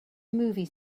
movie